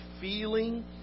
feeling